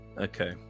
okay